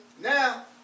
now